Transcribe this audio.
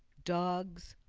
dogs,